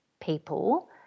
people